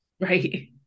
Right